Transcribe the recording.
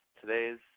Today's